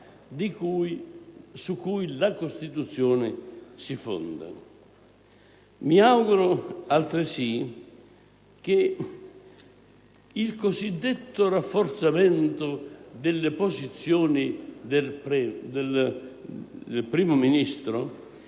su cui essa si fonda. Mi auguro altresì che il cosiddetto rafforzamento delle posizioni del Primo ministro